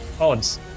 Odds